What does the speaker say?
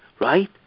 Right